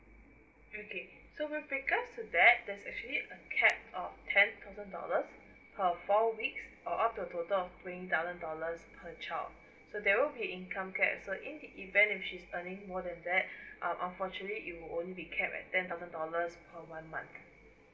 okay so with regards to that that's actually a cap of ten thousand dollars per four weeks or up to a total of twenty thousand dollars per child so there will be income cap so in the event if she's earning more than that uh unfortunately it will only be capped at ten thousand dollars per one month